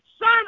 son